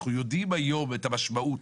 אנחנו יודעים היום את המשמעות